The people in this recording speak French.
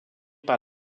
par